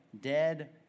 dead